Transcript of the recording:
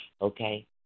Okay